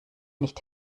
nicht